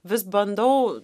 vis bandau